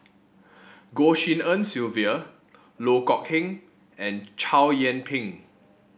Goh Tshin En Sylvia Loh Kok Heng and Chow Yian Ping